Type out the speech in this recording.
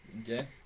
Okay